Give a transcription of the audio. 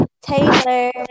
Taylor